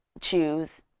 choose